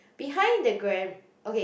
behind the gram okay